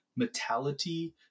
metality